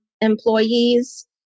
employees